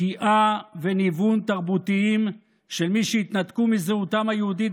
שקיעה וניוון תרבותיים של מי שהתנתקו מזהותם היהודית